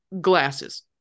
glasses